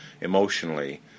emotionally